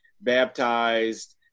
baptized